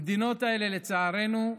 המדינות האלה, לצערנו,